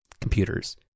computers